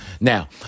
Now